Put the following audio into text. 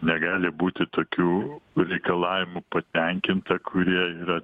negali būti tokių reikalavimų patenkinta kurie yra